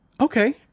Okay